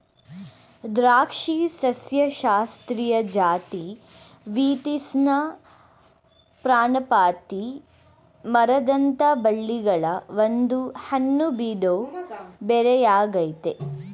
ದ್ರಾಕ್ಷಿ ಸಸ್ಯಶಾಸ್ತ್ರೀಯ ಜಾತಿ ವೀಟಿಸ್ನ ಪರ್ಣಪಾತಿ ಮರದಂಥ ಬಳ್ಳಿಗಳ ಒಂದು ಹಣ್ಣುಬಿಡೋ ಬೆರಿಯಾಗಯ್ತೆ